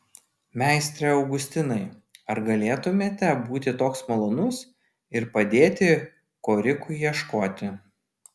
meistre augustinai ar galėtumėte būti toks malonus ir padėti korikui ieškoti